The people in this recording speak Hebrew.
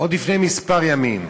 עוד לפני כמה ימים?